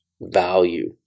value